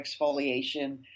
exfoliation